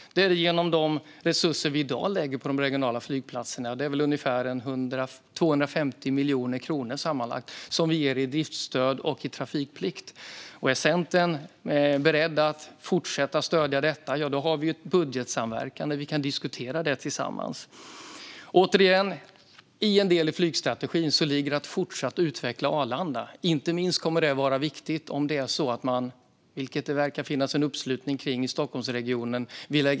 Det sker genom de resurser vi i dag lägger på de regionala flygplatserna - det är väl ungefär 250 miljoner kronor sammanlagt som vi ger i driftsstöd och i trafikplikt. Är Centern beredd att fortsätta stödja detta har vi ju budgetsamverkan där vi kan diskutera detta tillsammans. Återigen: En del i flygstrategin är att fortsätta utveckla Arlanda. Inte minst kommer detta att vara viktigt om man vill lägga ned Bromma, vilket det verkar finnas uppslutning om i Stockholmsregionen.